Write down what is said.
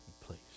please